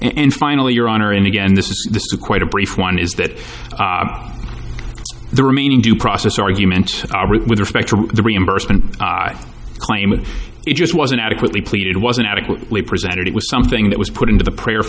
and finally your honor and again this is quite a brief one is that the remaining due process argument with respect to the reimbursement claim it just wasn't adequately pleated wasn't adequately presented it was something that was put into the prayer